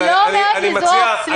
אני לא אומרת לזרוק, סליחה.